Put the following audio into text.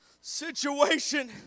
situation